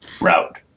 route